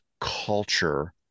culture